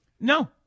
No